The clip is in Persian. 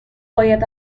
باید